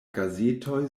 gazetoj